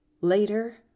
Later